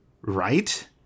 Right